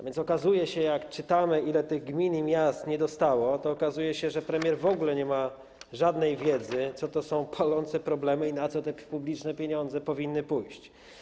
Więc jak czytamy, ile tych gmin i miast nie dostało, to okazuje się, że premier w ogóle nie ma żadnej wiedzy, co to są palące problemy i na co te publiczne pieniądze powinny pójść.